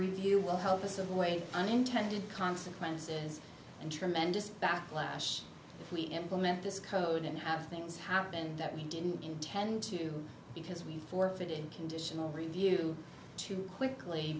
review will help us avoid unintended consequences and tremendous backlash if we implement this code and have things happen that we didn't intend to do because we forfeited conditional review too quickly